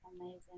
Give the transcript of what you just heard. Amazing